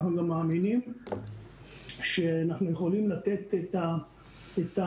אנחנו גם מאמינים שאנחנו יכולים לתת את המענים,